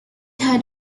had